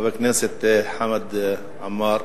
חבר הכנסת חמד עמאר.